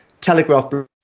Telegraph